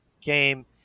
game